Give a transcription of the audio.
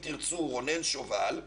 תרצו" רונן שובל